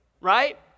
Right